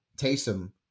Taysom